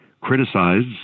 criticized